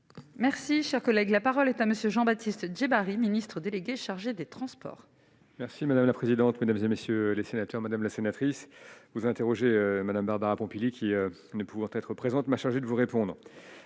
Merci, cher collègue, la parole est à monsieur Jean-Baptiste Djebbari, ministre délégué chargé des Transports. Merci madame la présidente, mesdames et messieurs les sénateurs, Madame la sénatrice, vous interroger Madame Barbara Pompili qui ne pouvant être présente m'a chargée de vous répondre,